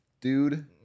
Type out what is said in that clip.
dude